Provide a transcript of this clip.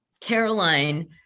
Caroline